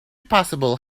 possible